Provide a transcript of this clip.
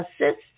assists